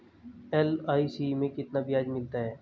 LIC में कितना ब्याज मिलता है?